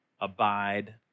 abide